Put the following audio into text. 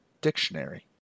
dictionary